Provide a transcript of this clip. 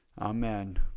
Amen